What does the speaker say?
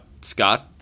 scott